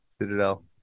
Citadel